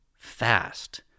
fast